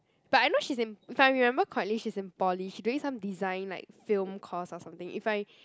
but I know she's in if I remember correctly she's in Poly she doing some design like film course or something if I